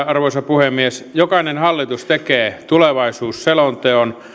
arvoisa puhemies jokainen hallitus tekee tulevaisuusselonteon